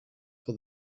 for